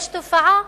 יש תופעה,